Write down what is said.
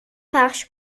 پخش